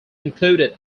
included